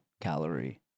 calorie